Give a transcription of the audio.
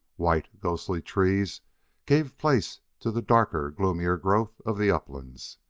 white, ghostly trees gave place to the darker, gloomier growth of the uplands.